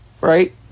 Right